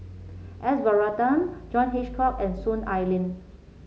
S Varathan John Hitchcock and Soon Ai Ling